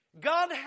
God